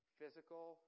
physical